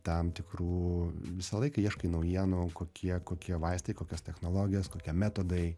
tam tikrų visą laiką ieškai naujienų kokie kokie vaistai kokios technologijos kokie metodai